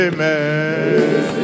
Amen